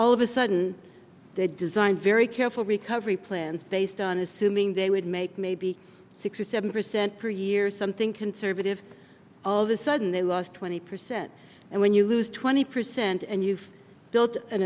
all of a sudden they design very careful recovery plans based on assuming they would make maybe six or seven percent per year something conservative all of a sudden they lost twenty percent and when you lose twenty percent and you've built a